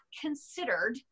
considered